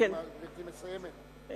האם גברתי מסיימת?